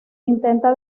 intenta